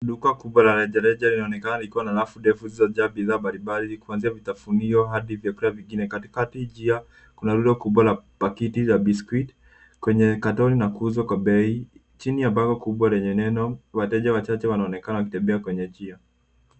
Duka kubwa la rejareja linaoneana likiwa na rafu ndefu zilizojaa bidhaa mbalimbali kuanzia vitafunio hadi vyakula vingine. Katikati njia kuna rundo kubwa la pakiti za biscuit kwenye katoni na kuuzwa kwa bei chini ya bango kubwa lenye neno. Wateja wachache wanaonekana wakitembea kwenye njia.